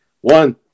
One